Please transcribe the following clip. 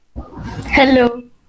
Hello